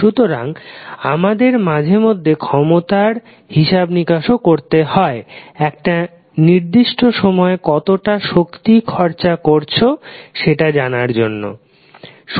সুতরাং আমাদের মাঝেমধ্যে ক্ষমতার হিসাব নিকাশও করতে হয় একটা নির্দিষ্ট সময়ে কতটা শক্তি খরচা করেছো সেটা জানার জন্যও